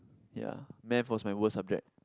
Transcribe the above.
ya math was my worst subject